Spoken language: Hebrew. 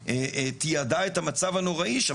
ותיעדה את המצב הנוראי שם.